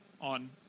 on